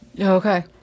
Okay